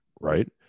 right